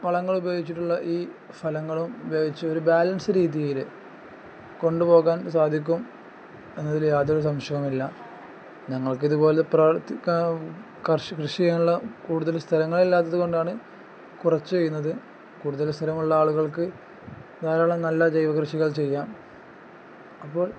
വളങ്ങൾ ഉപയോഗിച്ചിട്ടുള്ള ഈ ഫലങ്ങളും ഉപയോഗിച്ച് ഒരു ബാലൻസ് രീതിയിൽ കൊണ്ടുപോകാൻ സാധിക്കും എന്നതിൽ യാതൊരു സംശയവുമില്ല ഞങ്ങൾക്ക് ഇതുപോലെ പ്രവർത്തിക്കാൻ കർഷകൻ കൃഷി ചെയ്യാനുള്ള കൂടുതൽ സ്ഥലങ്ങളില്ലാത്തത് കൊണ്ടാണ് കുറച്ച് ചെയ്യുന്നത് കൂടുതൽ സ്ഥലമുള്ള ആളുകൾക്ക് ധാരാളം നല്ല ജൈവ കൃഷികൾ ചെയ്യാം അപ്പോൾ